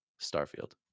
starfield